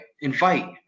Invite